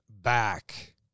back